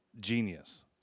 genius